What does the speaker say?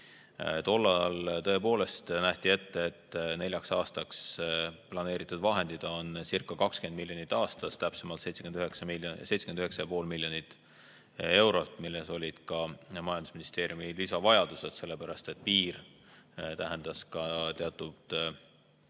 Tol ajal tõepoolest nähti ette, et neljaks aastaks planeeritud vahendid oncirca20 miljonit aastas, täpsemalt kokku 79,5 miljonit eurot, milles olid ka majandusministeeriumi lisavajadused, sellepärast et piir tähendas ka teatud ujuvvahendite